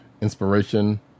inspiration